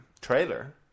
trailer